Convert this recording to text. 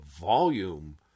volume